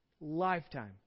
Lifetime